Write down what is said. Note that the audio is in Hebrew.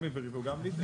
בבקשה.